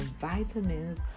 vitamins